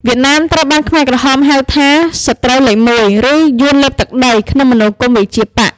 វៀតណាមត្រូវបានខ្មែរក្រហមហៅថា «សត្រូវលេខមួយ» ឬ «យួនលេបទឹកដី» ក្នុងមនោគមវិជ្ជាបក្ស។